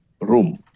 room